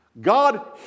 God